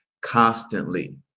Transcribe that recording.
constantly